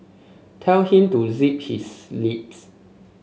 tell him to zip his lips